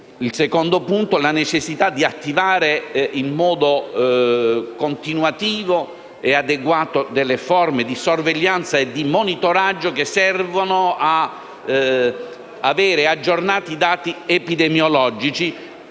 Il secondo punto è la necessità di attivare in modo continuativo e adeguato forme di sorveglianza e monitoraggio, che servono ad avere aggiornati i dati epidemiologici,